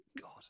God